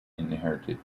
inherited